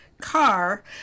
car